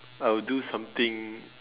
I'll do something